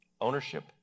ownership